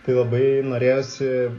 tai labai norėjosi